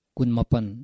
Kunmapan